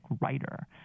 writer